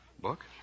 Book